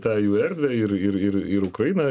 tą jų erdvę ir ir ir ir ukraina